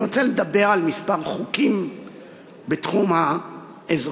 אני רוצה לדבר על כמה חוקים בתחום האזרחי: